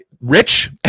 rich